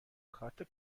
کارت